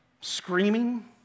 screaming